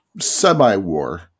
semi-war